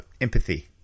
empathy